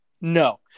no